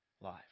life